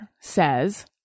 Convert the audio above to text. says